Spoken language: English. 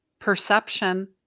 perception